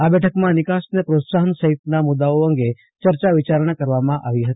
આ બેઠકમાં નિકાસને પ્રોત્સાફન સહિતના મુદાઓ અંગે ચર્ચા વિચારણા કરવામાં આવી હતી